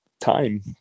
time